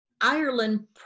Ireland